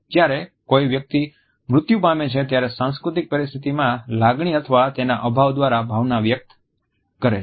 જ્યારે કોઈ વ્યક્તિ મૃત્યુ પામે છે ત્યારે આ સાંસ્કૃતિક પરિસ્થિતિમાં લાગણી અથવા તેના અભાવ દ્વારા ભાવના વ્યક્ત કરે છે